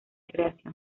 creación